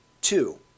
Two